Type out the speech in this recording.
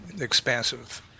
expansive